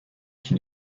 qui